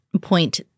point